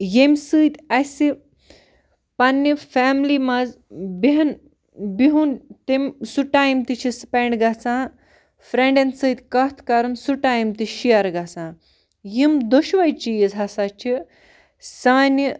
ییٚمہِ سۭتۍ اَسہِ پنٛنہِ فیملی منٛز بِہَن بِہُن تَمہِ سُہ ٹایِم تہِ چھِ سِپٮ۪نٛڈ گژھان فرٛٮ۪نڈَن سۭتۍ کَتھ کَرُن سُہ ٹایِم تہِ چھِ شیر گژھان یِم دۄشوٕے چیٖز ہسا چھِ سانہِ